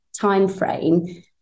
timeframe